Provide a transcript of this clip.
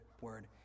word